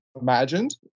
imagined